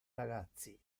ragazzi